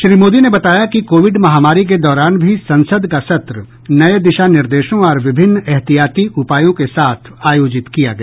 श्री मोदी ने बताया कि कोविड महामारी के दौरान भी संसद का सत्र नये दिशा निर्देशों और विभिन्न ऐहतियाती उपायों के साथ आयोजित किया गया